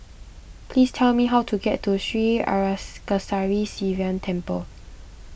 please tell me how to get to Sri Arasakesari Sivan Temple